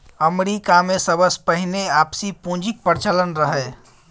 अमरीकामे सबसँ पहिने आपसी पुंजीक प्रचलन रहय